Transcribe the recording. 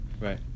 Right